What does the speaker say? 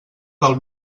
del